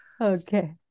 Okay